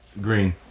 Green